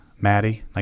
Maddie